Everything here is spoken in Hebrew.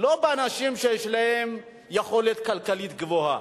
באנשים שיש להם יכולת כלכלית גבוהה.